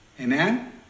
Amen